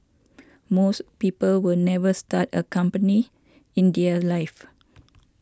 most people will never start a company in their lives